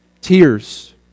tears